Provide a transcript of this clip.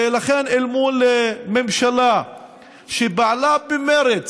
ולכן, אל מול ממשלה שפעלה במרץ,